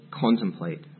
contemplate